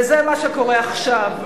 וזה מה שקורה עכשיו.